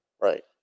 Right